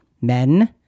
Men